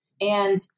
and-